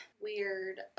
Weird